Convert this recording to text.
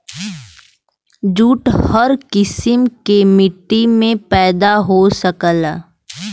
jute हर किसिम के मट्टी में पैदा हो सकला